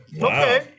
Okay